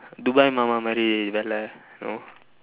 dubai மாமா மாதிரி தெரியல:maamaa maathiri theriyala you know